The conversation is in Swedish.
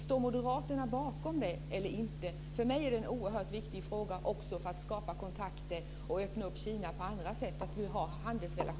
Står Moderaterna bakom det eller inte? För mig är det en oerhört viktig fråga att vi har handelsrelationer för att skapa kontakter och öppna Kina på andra sätt.